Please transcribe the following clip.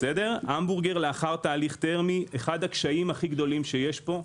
המבורגר לאחר תהליך תרמי אחד הקשיים הכי גדולים שיש פה.